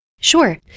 Sure